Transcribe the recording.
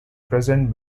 present